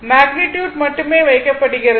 magnitude மட்டுமே வைக்கப்படுகிறது